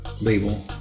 label